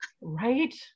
Right